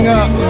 up